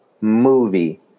movie